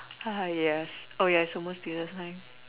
ah yes oh ya it's almost dinner time